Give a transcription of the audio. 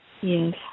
Yes